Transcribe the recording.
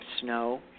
snow